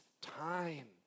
time